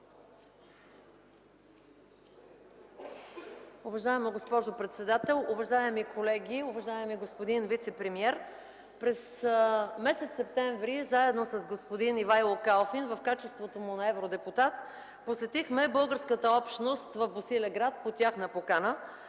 Уважаема госпожо председател, уважаеми колеги! Уважаеми господин вицепремиер, през месец септември заедно с господин Ивайло Калфин в качеството му на евродепутат посетихме българската общност в Босилеград по тяхна покана.